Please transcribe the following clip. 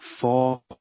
four